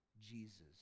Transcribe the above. jesus